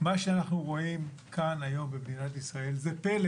מה שאנחנו רואים כאן היום במדינת ישראל זה פלא,